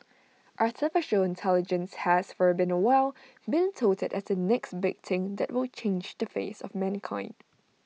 Artificial Intelligence has for being A while been touted as the next big thing that will change the face of mankind